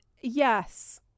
Yes